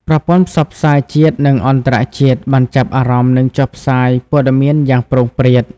ប្រព័ន្ធផ្សព្វផ្សាយជាតិនិងអន្តរជាតិបានចាប់អារម្មណ៍និងចុះផ្សាយព័ត៌មានយ៉ាងព្រោងព្រាត។